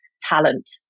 talent